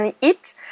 eat